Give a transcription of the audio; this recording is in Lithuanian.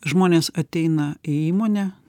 žmonės ateina į įmonę